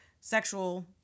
sexual